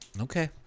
Okay